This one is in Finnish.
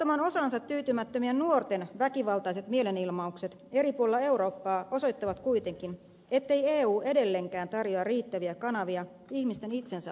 osattoman osaansa tyytymättömien nuorten väkivaltaiset mielen ilmaukset eri puolilla eurooppaa osoittavat kuitenkin ettei eu edelleenkään tarjoa riittäviä kanavia ihmisten itsensä osallisuuteen